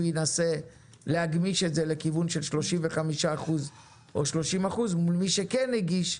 ינסה להגמיש את זה לכיוון של 35% או 30% מול מי שכן הגיש,